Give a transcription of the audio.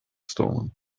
stolen